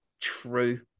True